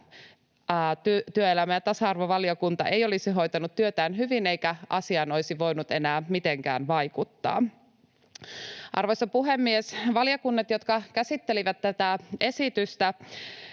työelämä- ja tasa-arvovaliokunta ei olisi hoitanut työtään hyvin eikä asiaan olisi voinut enää mitenkään vaikuttaa. Arvoisa puhemies! Valiokunnat, jotka käsittelivät tätä esitystä